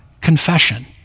confession